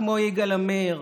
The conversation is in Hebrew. כמו יגאל עמיר,